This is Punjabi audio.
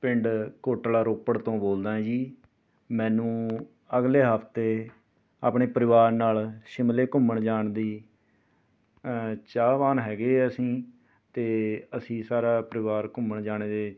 ਪਿੰਡ ਕੋਟਲਾ ਰੋਪੜ ਤੋਂ ਬੋਲਦਾ ਜੀ ਮੈਨੂੰ ਅਗਲੇ ਹਫਤੇ ਆਪਣੇ ਪਰਿਵਾਰ ਨਾਲ ਸ਼ਿਮਲੇ ਘੁੰਮਣ ਜਾਣ ਦੀ ਚਾਹਵਾਨ ਹੈਗੇ ਆ ਅਸੀਂ ਅਤੇ ਅਸੀਂ ਸਾਰਾ ਪਰਿਵਾਰ ਘੁੰਮਣ ਜਾਣ ਦੇ